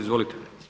Izvolite.